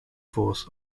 force